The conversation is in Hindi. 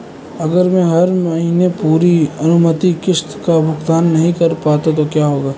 अगर मैं हर महीने पूरी अनुमानित किश्त का भुगतान नहीं कर पाता तो क्या होगा?